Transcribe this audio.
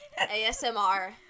ASMR